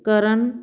ਕਰਨ